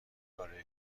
آلرژی